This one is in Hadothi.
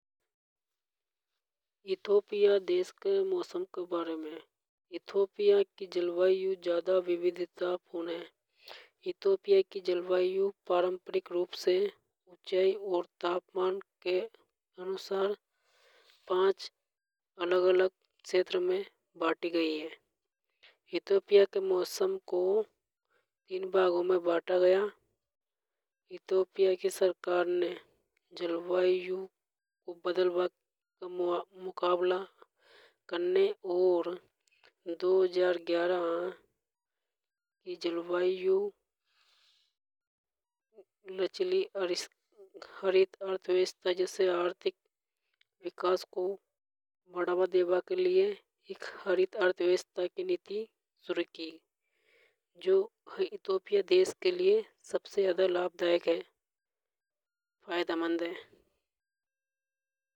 इथोपिया देश के मौसम के बारे में इथोपिया की जलवायु पारंपरिक रूप से और तापमान के अनुसार पांच अलग अलग क्षेत्र में बेटी गई है। इथोपिया के मौसम को इन भागों में बाटा गया इथोपिया की सरकार ने जलवायु को मुकाबला करने और दो हजार ग्यारह की जलवायु लचीली हरित अर्थव्यवस्था जैसे आर्थिक विकास को बढ़ावा देबा के लिए हरित अर्थव्यवस्था की नीति शुरू की जो इथोपिया देश के लिए सबसे ज्यादा लाभदायक हे फायदेमंद हे।